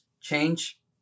change